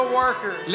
workers